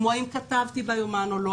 כמו האם כתבתי ביומן או לא,